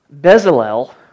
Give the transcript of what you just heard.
Bezalel